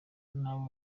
nabo